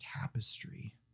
tapestry